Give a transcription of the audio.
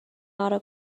auto